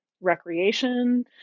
recreation